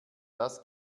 das